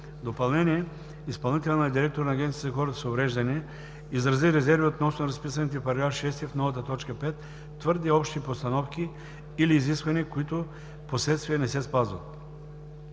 допълнение изпълнителният директор на Агенцията за хората с увреждания изрази резерви относно разписаните в § 6 в нова т. 5 твърде общи постановки или изисквания, които впоследствие не се спазват.